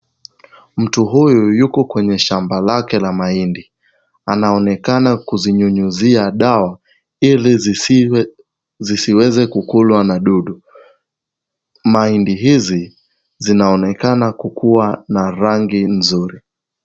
Mtu huyu yuko kwenye shamba lake la mahindi, anaonekana kuzinyunyuzia dawa ili zisiweze kukulwa na dudu, mahindi haya yanaonekana kuwa na rangi nzuri.